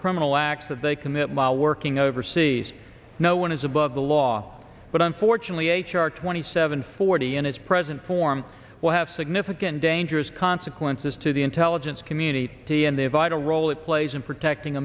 criminal acts of they commit while working overseas no one is above the law but unfortunately h r twenty seven forty in its present form will have significant dangerous consequences to the intelligence community and their vital role it plays in protecting